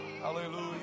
Hallelujah